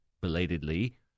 belatedly